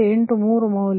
8 ಮೂರು ಮೌಲ್ಯಗಳು